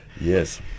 Yes